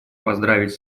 поздравить